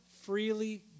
freely